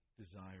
desire